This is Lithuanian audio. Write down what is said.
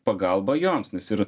pagalba joms nes ir